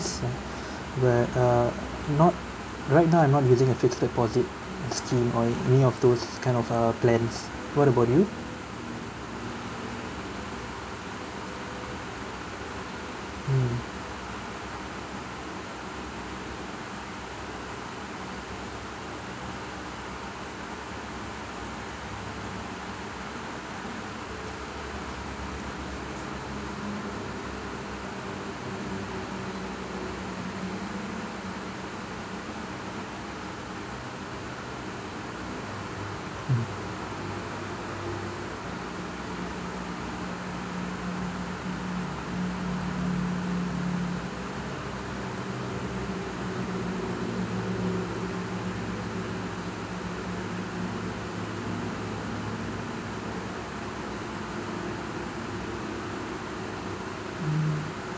where uh not right now I'm not using a fixed deposit scheme or any of those kind of uh plans what about you mm mm mm